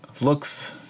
looks